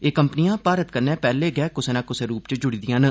एह् कम्पनियां भारत कन्नै पैहले गै कुसा ना कुसा रूप च जुड़ी दिआं न